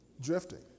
Drifting